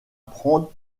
prendre